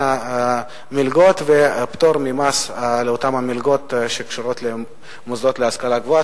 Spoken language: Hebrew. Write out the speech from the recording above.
מלגות ופטור ממס על אותן מלגות שקשורות למוסדות להשכלה גבוהה.